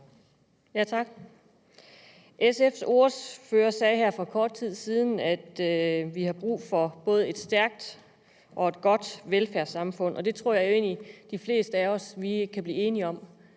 SF's ordfører sagde her for kort tid siden, at vi har brug for et både stærkt og godt velfærdssamfund, og det tror jeg jo egentlig at de fleste af os kan blive enige om.